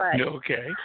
Okay